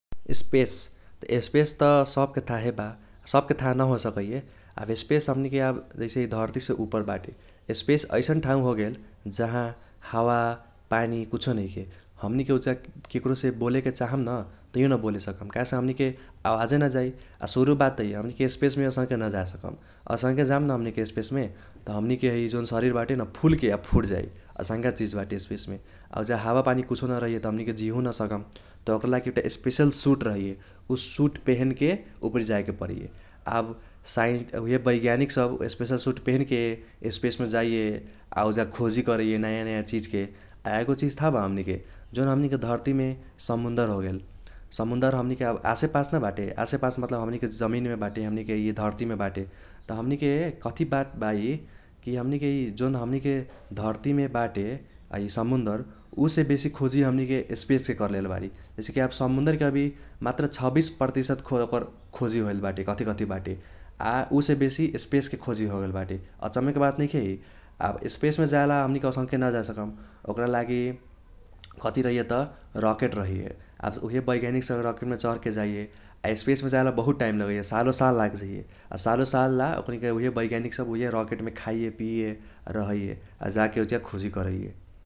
स्पेस त स्पेस त सबके थाहे बा, सबके थाह न हो सकैये । आब स्पेस हमनीके आब जैसे इ धर्तीसे उपर बाटे। स्पेस ऐसन ठाउ होगेल जाहा हावा पानी कुछो नैखे। हमनीके उजगा केकारोसे बोलेके चाहम न तैयो न बोले सकम काहेसे हमनीके आवाजे न जाइ । आ सुरू बात त इ हमनीके स्पेसमे असंके न जाए सकम, असंके जाम न हमनीके स्पेसमे त हमनीके है जौन शशिर बाटे न फुल्के आ फुटजाई असंका चिज बाटे स्पेसमे। आ उजगा हावापानी कुछो न रहैये त हमनीके जीहु न सकम । त ओकरा लागि एउटा स्पेशल सूट रहैये। उ सूट पेहेनके उपरि जाएके परैये । आब उइहे वैज्ञानिकसब स्पेशल सूट पेहेनके स्पेसमे जाइये आ उजगा खोजी करैये नाया नाया चिजके । आ एगो चिज थाह बा हमनीके जौन हमनीके धर्तीमे समुन्दर होगेल, समुन्दर हमनीके आब आसे पास न बाटे आसे पास मतलब हमनीके जमीनमे बाटे हमनीके इहे धर्तीमे बाटे । त हमनीके कथी बात बा इ कि हमनीके इ जौन हमनीके धर्तीमे बाटे है समुन्दर उसे बेसी खोजी हमनीके सपकेके कर्लेले बारी । जैसे कि आब समुन्दरके अभी मात्र छबीस पर्तिसत ओकर खोजी होएल बाटे कथी कथी बाटे । आ उसे बेसी सपकेके खोजी होगेल बाटे अचम्मके बात नैखे इ । आब स्पेसमे जाएला हमनीके असंके न जाएसकम ओकरा लागि कथी रहैये त रॉकेट रहैये । आब उइहे वैज्ञानिकसब सब रॉकेटमे चढके जाइये । आ स्पेसमे जाएला बहुत टाइम लगैये, सालो साल लाग जाइये। आ सालो सालला ओकनी उइहे वैज्ञानिकसब उइहे रॉकेटमे खाइये पियैये आ रहैये आ जाके उजगा खोजी करैये । S